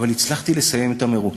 אבל הצלחתי לסיים את המירוץ.